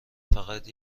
فقط